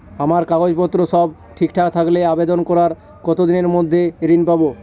আমার কাগজ পত্র সব ঠিকঠাক থাকলে আবেদন করার কতদিনের মধ্যে ঋণ পাব?